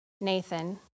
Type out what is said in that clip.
Nathan